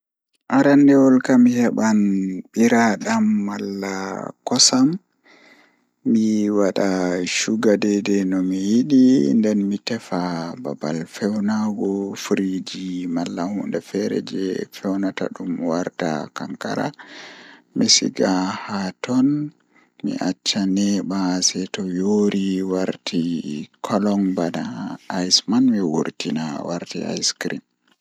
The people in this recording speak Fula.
Arandewol kam mi heban biradam malla kosam mi wada shuga deidei nomi yidi nden mi tefa babal fewnaago friji malla hunde feere jei fewnata dum warta kankara mi siga haa ton mi acca neeba sei to yoori warto kolong bana aice man mi wurtina warti ice cream.